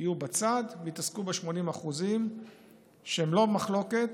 יהיו בצד ויתעסקו ב-80% שהם לא במחלוקת,